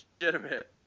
legitimate